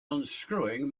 unscrewing